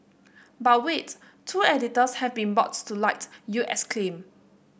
but wait two editors have been brought to light you exclaim